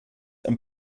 und